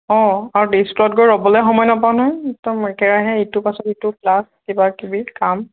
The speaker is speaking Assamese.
অঁ আৰু গৈ ৰ'বলৈ সময় নাপাওঁ নহয় একদম একেৰাহে ইটোৰ পাছত সিটো ক্লাছ কিবা কিবি কাম